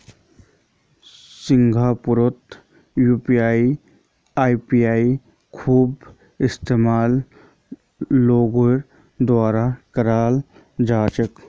सिंगापुरतो यूपीआईयेर खूब इस्तेमाल लोगेर द्वारा कियाल जा छे